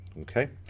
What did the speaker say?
okay